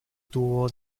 tuvo